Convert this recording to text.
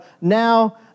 now